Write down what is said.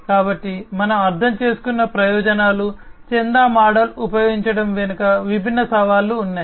కాబట్టి మనము అర్థం చేసుకున్న ప్రయోజనాలు చందా మోడల్ ఉపయోగించడం వెనుక విభిన్న సవాళ్లు ఉన్నాయి